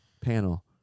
panel